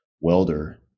welder